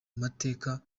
mateka